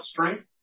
strength